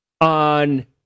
On